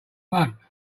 month